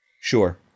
Sure